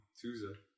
Tuesday